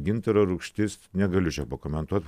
gintaro rūgštis negaliu čia pakomentuoti